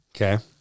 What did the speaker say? Okay